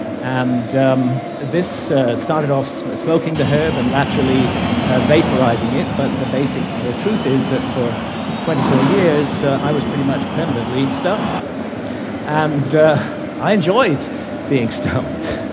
and this started off smoking the herb, and naturally vaporising it, but the basic truth is that for twenty four years i was pretty much permanently stoned and i enjoyed being stoned,